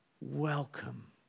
welcome